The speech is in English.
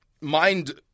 mind